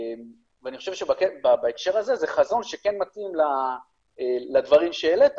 אני חושב שבהקשר הזה זה חזון שכן מתאים לדברים שהעלית,